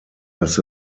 dass